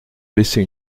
baisser